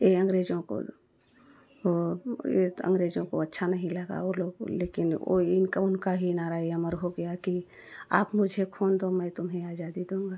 ए अंग्रेजों को और यह अंग्रेजों को अच्छा नहीं लगा वह लोग लेकिन ओ इनका उनका ही नारा ये अमर हो गया कि आप मुझे खून दो मैं तुम्हें आज़ादी दूंगा